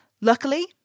Luckily